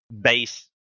base